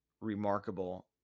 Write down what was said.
remarkable